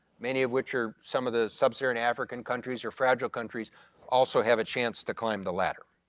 many of which are some of the sub-saharan african countries or fragile countries also have a chance to climb the ladder.